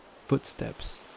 Footsteps